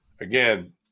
again